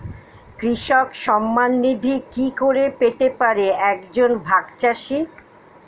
কৃষক সন্মান নিধি কি করে পেতে পারে এক জন ভাগ চাষি?